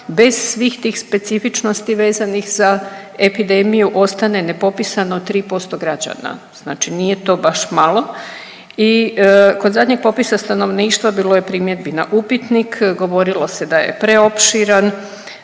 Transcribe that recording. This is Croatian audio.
bez svih tih specifičnosti vezanih za epidemiju ostane nepopisano 3% građana. Znači nije to baš malo i kod zadnjeg popisa stanovništva bilo je primjedbi na upitnik, govorilo se da je preopširan,